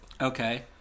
Okay